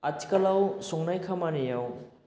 आथिखालाव संनाय खामानियाव